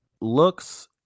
looks